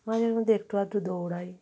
মাঝে মধ্যে একটু আধটু দৌড়াই